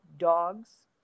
Dogs